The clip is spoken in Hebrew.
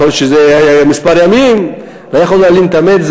יכול להיות שזה היה כמה ימים ולא יכולים להלין את המת.